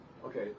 Okay